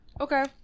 Okay